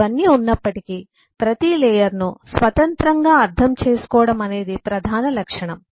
ఇవన్నీ ఉన్నప్పటికీ ప్రతి లేయర్ ను స్వతంత్రంగా అర్థం చేసుకోవడం అనేది ప్రధాన లక్షణం